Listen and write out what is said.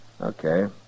Okay